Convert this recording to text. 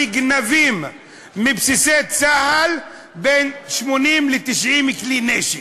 נגנבים מבסיסי צה"ל בין 80 ל-90 כלי נשק.